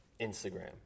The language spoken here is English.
Instagram